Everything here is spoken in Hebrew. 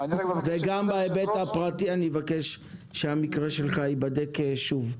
וגם בהיבט הפרטי אני מבקש שהמקרה שלך ייבדק שוב.